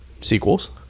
sequels